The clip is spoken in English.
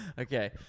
Okay